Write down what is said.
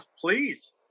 please